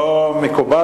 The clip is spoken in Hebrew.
לא מקובל,